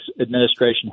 administration